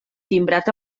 timbrat